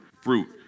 Fruit